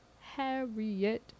Harriet